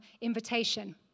invitation